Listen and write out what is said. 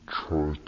try